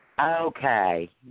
Okay